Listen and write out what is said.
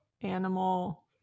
animal